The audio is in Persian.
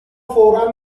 فورا